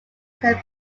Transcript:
can